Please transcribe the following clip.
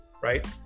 right